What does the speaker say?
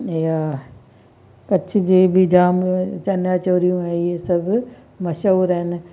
इहा कच्छ जी बि जाम चनियां चोलियूं ऐं इहे सभु मशहूरु आहिनि